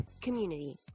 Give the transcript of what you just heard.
community